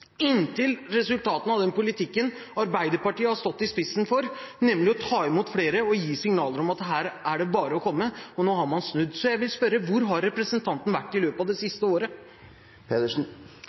inntil man fikk resultatet av den politikken som Arbeiderpartiet har stått i spissen for, nemlig å ta imot flere og gi signaler om at her er det bare å komme. Nå har man snudd. Jeg vil spørre: Hvor har representanten vært det siste året?